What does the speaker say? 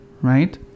right